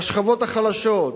בשכבות החלשות,